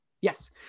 Yes